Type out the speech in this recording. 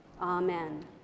Amen